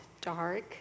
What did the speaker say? dark